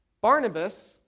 Barnabas